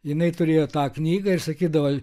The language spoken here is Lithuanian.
jinai turėjo tą knygą ir sakydavo